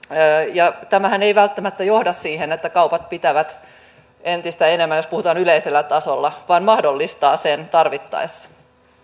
ja tämähän ei välttämättä johda siihen että kaupat ovat auki entistä enemmän jos puhutaan yleisellä tasolla vaan tämä mahdollistaa sen tarvittaessa